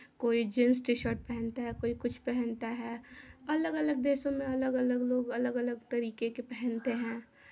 कोई jeans T shirt पहनता है कोई कुछ पहनता है अलग अलग देशों मे अलग अलग लोग अलग अलग तरीके के पहनते हैं